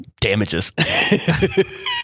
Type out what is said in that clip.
Damages